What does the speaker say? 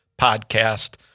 podcast